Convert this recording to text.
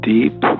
Deep